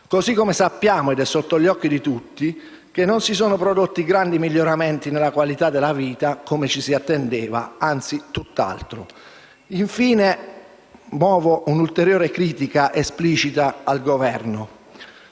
cosi come sappiamo, ed è sotto gli occhi di tutti, che non si sono prodotti grandi miglioramenti nella qualità della vita, come ci si attendeva: anzi, tutt'altro. Infine, muovo una ulteriore critica esplicita al Governo.